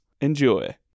Enjoy